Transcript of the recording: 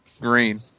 Green